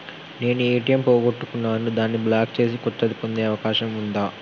నేను ఏ.టి.ఎం పోగొట్టుకున్నాను దాన్ని బ్లాక్ చేసి కొత్తది పొందే అవకాశం ఉందా?